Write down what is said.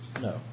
No